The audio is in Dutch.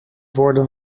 worden